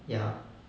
ya